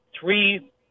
three